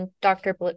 Dr